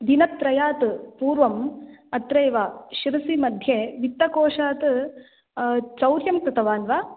दिनत्रयात् पूर्वम् अत्रैव शिरुसि मध्ये वित्तकोषात् चौर्यं कृतवान् वा